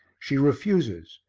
she refuses,